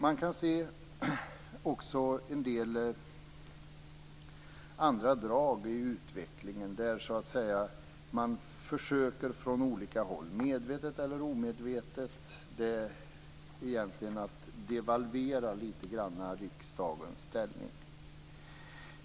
Vi kan också se en del andra drag i utvecklingen att man från olika håll försöker, medvetet eller omedvetet, att devalvera riksdagens ställning.